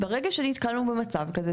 ברגע שנתקלנו במצב כזה,